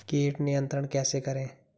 कीट नियंत्रण कैसे करें?